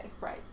Right